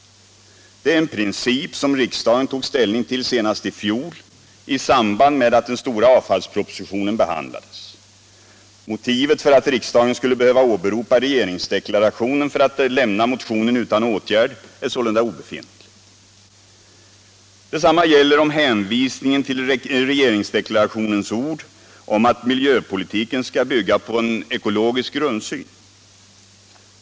Det är en princip som riksdagen tog ställning till senast i fjol i samband med att den stora avfallspropositionen behandlades. Motivet för att riksdagen skulle behöva åberopa regeringsdeklarationen för att lämna motionen utan åtgärd är sålunda obefintligt. Detsamma gäller om hänvisningen till regeringsdeklarationens ord om att miljöpolitiken skall bygga på en ekologisk grundsyn.